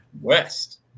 West